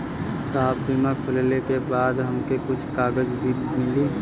साहब बीमा खुलले के बाद हमके कुछ कागज भी मिली?